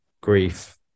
grief